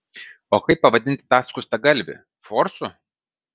o kaip pavadinti tą skustagalvį forsu